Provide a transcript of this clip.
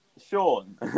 Sean